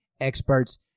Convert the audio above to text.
experts